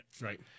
Right